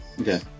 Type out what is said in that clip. Okay